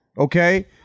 Okay